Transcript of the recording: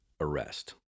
arrest